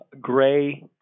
gray